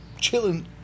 chilling